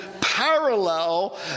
parallel